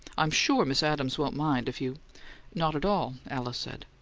i'm sure miss adams won't mind if you not at all, alice said.